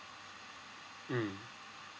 mm